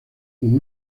como